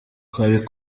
ahantu